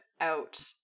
out